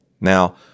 Now